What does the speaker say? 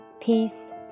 peace